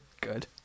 good